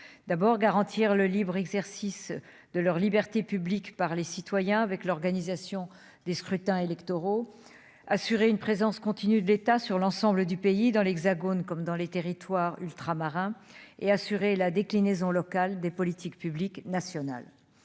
d'abord, garantir le libre exercice de leur liberté publique par les citoyens, avec l'organisation des scrutins électoraux, assurer une présence continue de l'État sur l'ensemble du pays dans l'Hexagone comme dans les territoires ultramarins et assurer la déclinaison locale des politiques publiques nationales,